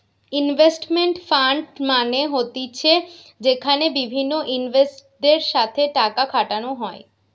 investment fund মানে হতিছে যেখানে বিভিন্ন ইনভেস্টরদের সাথে টাকা খাটানো হয়